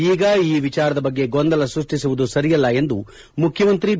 ಈಗ ಈ ವಿಚಾರದ ಬಗ್ಗೆ ಗೊಂದಲ ಸೃಷ್ಟಿಸುವುದು ಸರಿಯಲ್ಲ ಎಂದು ಮುಖ್ಯಮಂತ್ರಿ ಬಿ